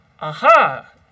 aha